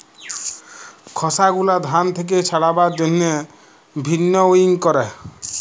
খসা গুলা ধান থেক্যে ছাড়াবার জন্হে ভিন্নউইং ক্যরে